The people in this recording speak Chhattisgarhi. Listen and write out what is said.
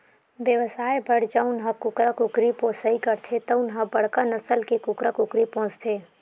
बेवसाय बर जउन ह कुकरा कुकरी पोसइ करथे तउन ह बड़का नसल के कुकरा कुकरी पोसथे